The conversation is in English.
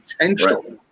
potential